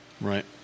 Right